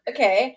Okay